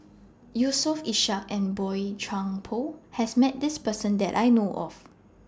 Yusof Ishak and Boey Chuan Poh has Met This Person that I know of